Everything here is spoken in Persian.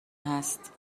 هست